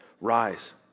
rise